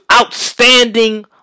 outstanding